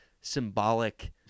symbolic